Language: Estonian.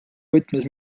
võtmes